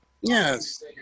Yes